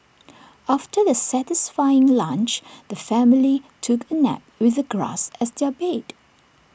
after their satisfying lunch the family took A nap with the grass as their bed